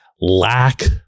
lack